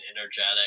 energetic